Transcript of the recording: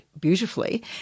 beautifully